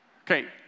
Okay